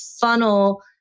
funnel